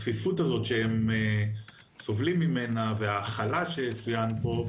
הצפיפות שהם סובלים ממנה וההאכלה שצוין פה,